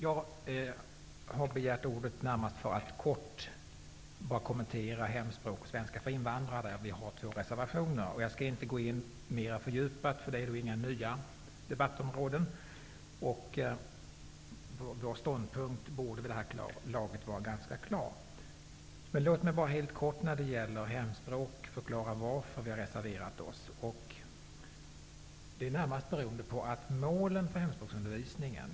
Jag har begärt ordet närmast för att kort få kommentera hemspråksundervisning och svenska för invandrare. Ny demokrati har lagt två reservationer. Jag skall inte fördjupa mig i dessa, eftersom det inte är fråga om några nya debattområden. Vår ståndpunkt borde väl vid det här laget vara ganska klar. Låt mig bara helt kort få förklara varför vi har reserverat oss i hemspråksfrågan.